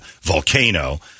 Volcano